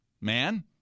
man